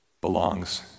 belongs